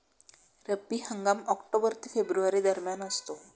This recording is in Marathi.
रब्बी हंगाम ऑक्टोबर ते फेब्रुवारी दरम्यान असतो